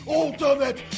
ultimate